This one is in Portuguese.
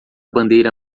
bandeira